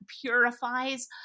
purifies